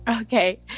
Okay